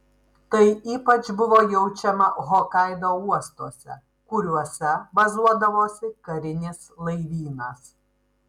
tai ypač buvo jaučiama hokaido uostuose kuriuose bazuodavosi karinis laivynas